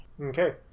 Okay